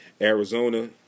Arizona